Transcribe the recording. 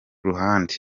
ruhande